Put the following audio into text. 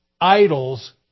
idols